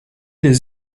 les